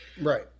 right